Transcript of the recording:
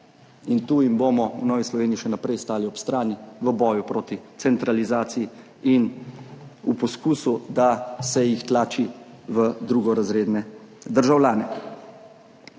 In tu jim bomo v Novi Sloveniji še naprej stali ob strani v boju proti centralizaciji in poskusu, da se jih tlači med drugorazredne državljane.